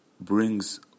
brings